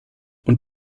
und